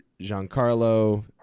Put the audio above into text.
Giancarlo